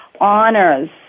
honors